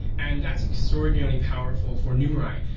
and that's extraordinarily powerful for numerai,